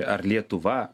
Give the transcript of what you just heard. ar lietuva